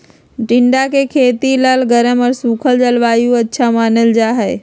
टिंडा के खेती ला गर्म और सूखल जलवायु अच्छा मानल जाहई